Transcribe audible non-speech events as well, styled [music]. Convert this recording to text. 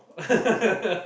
[laughs]